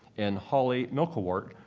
and holly milkowart,